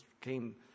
came